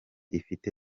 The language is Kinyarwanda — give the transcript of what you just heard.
ifite